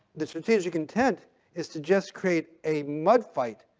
the strategic intent is to just create a mud fight.